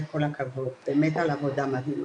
וכל הכבוד באמת על עבודה מדהימה.